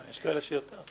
יש כאלה שיותר.